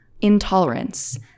Intolerance